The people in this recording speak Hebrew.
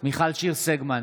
מיכל שיר סגמן,